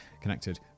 connected